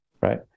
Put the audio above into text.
right